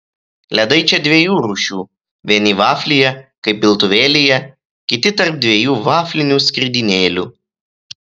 ledai čia dviejų rūšių vieni vaflyje kaip piltuvėlyje kiti tarp dviejų vaflinių skridinėlių